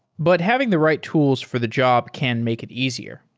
but having the right tools for the job can make it easier.